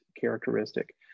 characteristic